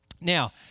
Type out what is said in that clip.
Now